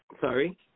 sorry